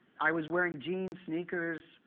i was wearing jeans, sneakers,